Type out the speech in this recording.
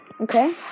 Okay